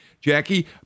Jackie